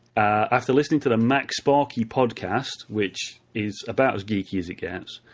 after listening to the macsparky podcast, which is about as geeky as it gets,